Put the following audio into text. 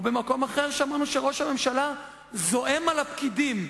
או במקום אחר שמענו שראש הממשלה זועם על הפקידים.